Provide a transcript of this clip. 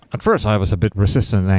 at first i was a bit resistant,